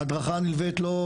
ההדרכה נלוות לו,